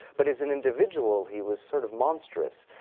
but as an individual, he was sort of monstrous.